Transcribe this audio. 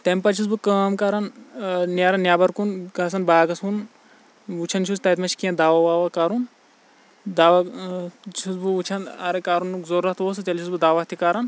تمہِ پَتہ چھُس بہٕ کٲم کَران نِیران نٮ۪بَر کُن گَژھان باغس کُن وُچھان چھُس تتہِ مہ چھُ کیٚنٛہہ دوَہ وَوہ کَرُن دَوَہ چھُس بہٕ وُچھان اَگر کَرنُک ضرورَت اوس تہٕ تیٚلہِ چھُس بہٕ دَوَہ تہِ کَران